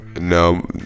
No